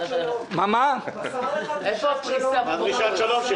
הוא מסר לך דרישת שלום.